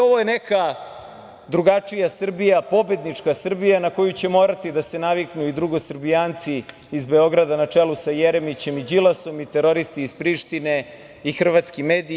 Ovo je neka drugačija Srbija, pobednička Srbija, na koju će morati da se naviknu i drugosrbijanci iz Beograda na čelu sa Jeremićem i Đilasom i teroristi iz Prištine i hrvatski mediji.